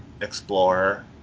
explorer